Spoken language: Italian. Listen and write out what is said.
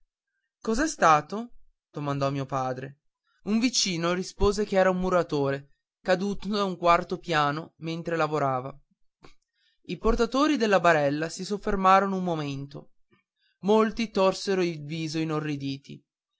cos'è stato domandò mio padre un vicino rispose che era un muratore caduto da un quarto piano mentre lavorava i portatori della barella si soffermarono un momento molti torsero il viso inorriditi